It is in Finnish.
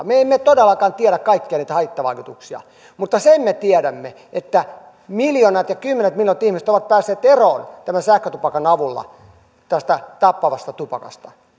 me emme todellakaan tiedä kaikkia niitä haittavaikutuksia mutta sen me tiedämme että miljoonat ja kymmenet miljoonat ihmiset ovat päässeet sähkötupakan avulla eroon tästä tappavasta tupakasta